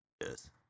Yes